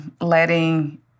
letting